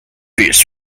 this